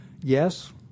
Yes